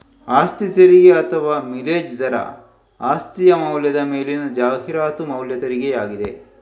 ಆಸ್ತಿ ತೆರಿಗೆ ಅಥವಾ ಮಿಲೇಜ್ ದರ ಆಸ್ತಿಯ ಮೌಲ್ಯದ ಮೇಲಿನ ಜಾಹೀರಾತು ಮೌಲ್ಯ ತೆರಿಗೆಯಾಗಿದೆ